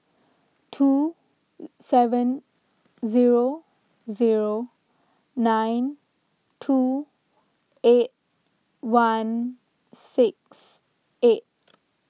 two seven zero zero nine two eight one six eight